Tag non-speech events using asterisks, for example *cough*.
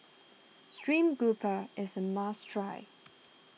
Stream Grouper is a must try *noise*